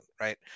right